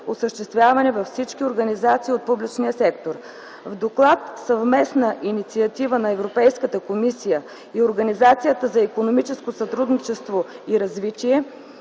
осъществяване във всички организации от публичния сектор. В доклад на Съвместна инициатива на Европейската комисия и Организацията за икономическо сътрудничество и развитие